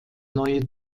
neue